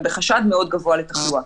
הם בחשד מאוד גבוה לתחלואה.